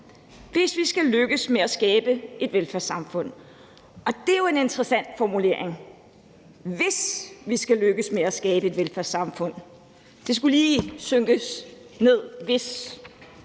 hvis vi skal lykkes med at skabe et velfærdssamfund. Og det er jo en interessant formulering: hvis vi skal lykkes med at skabe et velfærdssamfund. Det der »hvis« skulle lige synkes. Mig